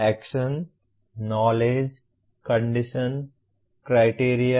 action knowledge condition criterion